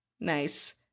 Nice